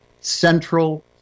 central